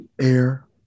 air